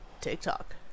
TikTok